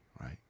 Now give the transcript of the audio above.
right